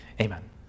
Amen